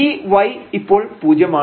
ഈ y ഇപ്പോൾ പൂജ്യമാണ്